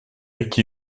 ricky